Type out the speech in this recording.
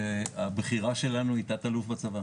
הבכירה שלנו היא תת אלוף בצבא,